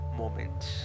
moments